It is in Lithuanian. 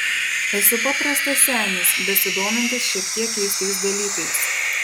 esu paprastas senis besidomintis šiek tiek keistais dalykais